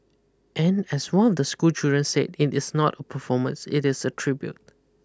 and as one of the schoolchildren said it is not a performance it is a tribute